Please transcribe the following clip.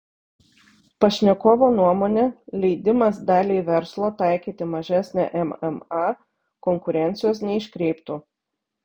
pašnekovo nuomone leidimas daliai verslo taikyti mažesnę mma konkurencijos neiškreiptų